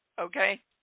Okay